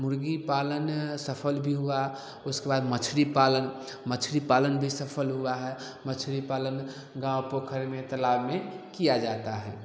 मुर्गी पालन सफल भी हुआ उसके बाद मछली पालन मछली पालन भी सफल हुआ है मछली पालन गाँव पोखर मे तलाब में किया जाता है